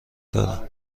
دارم